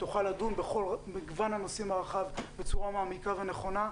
שתוכל לדון בכל מגוון הנושאים הרחב בצורה מעמיקה ונכונה,